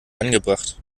angebracht